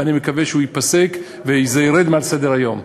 ואני מקווה שהוא ייפסק וזה ירד מעל סדר-היום.